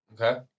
Okay